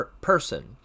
person